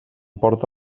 porta